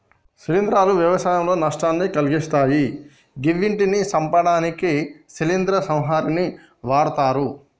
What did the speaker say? శిలీంద్రాలు వ్యవసాయంలో నష్టాలను కలిగిత్తయ్ గివ్విటిని సంపడానికి శిలీంద్ర సంహారిణిని వాడ్తరు